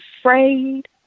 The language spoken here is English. afraid